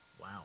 wow